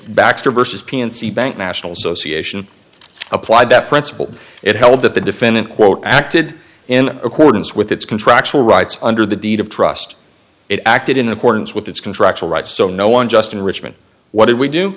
baxter versus p l c bank national association applied that principle it held that the defendant quote acted in accordance with its contractual rights under the deed of trust it acted in accordance with its contractual rights so no one just enrichment what do we do